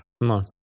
No